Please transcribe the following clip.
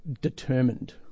determined